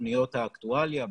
בתוכניות האקטואליה,